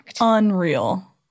Unreal